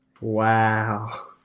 Wow